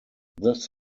this